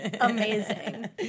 amazing